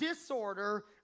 disorder